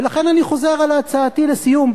ולכן אני חוזר על הצעתי, לסיום.